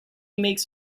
makes